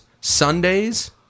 Sundays